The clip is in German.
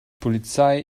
polizei